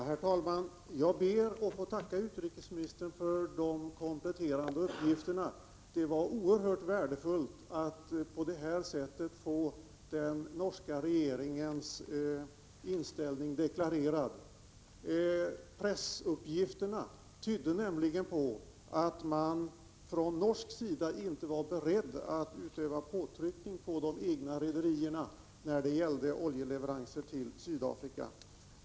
Herr talman! Jag ber att få tacka utrikesministern för de kompletterande uppgifterna. Det var oerhört värdefullt att på det här sättet få den norska regeringens inställning deklarerad. Pressuppgifterna tydde nämligen på att man från norsk sida inte var beredd att utöva påtryckning på de egna rederierna när det gällde oljeleveranser till Sydafrika.